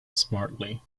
smartly